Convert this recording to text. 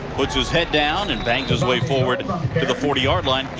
puts his head down and bangs his way forward to the forty yard line.